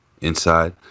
inside